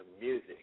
Music